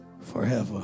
forever